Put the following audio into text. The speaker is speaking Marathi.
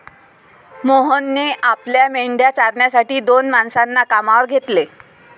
मोहनने आपल्या मेंढ्या चारण्यासाठी दोन माणसांना कामावर घेतले